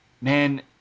man